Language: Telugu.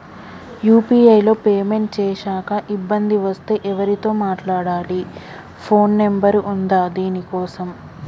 యూ.పీ.ఐ లో పేమెంట్ చేశాక ఇబ్బంది వస్తే ఎవరితో మాట్లాడాలి? ఫోన్ నంబర్ ఉందా దీనికోసం?